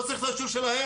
לא צריך את האישור שלהם,